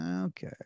Okay